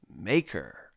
maker